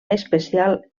especial